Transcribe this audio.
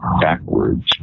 backwards